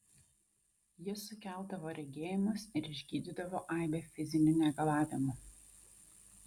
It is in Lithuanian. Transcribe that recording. jis sukeldavo regėjimus ir išgydydavo aibę fizinių negalavimų